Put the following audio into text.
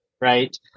right